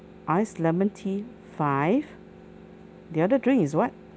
iced lemon tea five the other drink is what